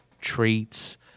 traits